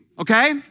okay